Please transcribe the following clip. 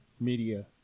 media